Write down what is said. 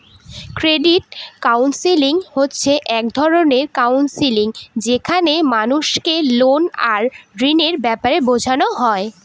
credit counselling হচ্ছে এক রকমের কাউন্সেলিং যেখানে মানুষকে লোন আর ঋণের ব্যাপারে বোঝানো হয়